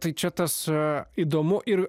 tai čia tas įdomu ir